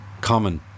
common